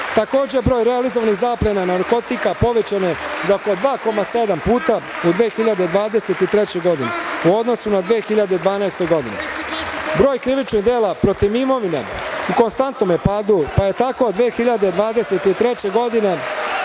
Takođe, broj realizovanih zaplena narkotika povećana je za skoro 2,7 puta u 2023. godini u odnosu na 2012. godinu. Broj krivičnih dela protiv imovine u konstantnom je padu, pa je tako od 2023. godine